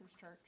church